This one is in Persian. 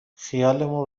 خیالمون